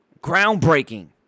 groundbreaking